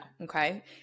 Okay